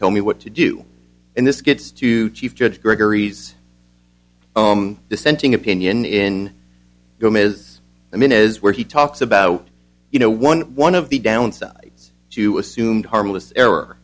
tell me what to do and this gets to chief judge gregory's dissenting opinion in whom is i mean is where he talks about you know one one of the downsides to assume harmless error